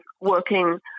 working